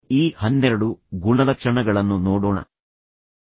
ಈ ಹನ್ನೆರಡು ಗುಣಲಕ್ಷಣಗಳನ್ನು ನೋಡೋಣ ಮತ್ತು ನಂತರ ಅವುಗಳ ಬಗ್ಗೆ ಯೋಚಿಸೋಣ